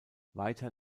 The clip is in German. weiter